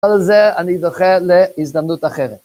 על זה אני זוכר להזדמנות אחרת.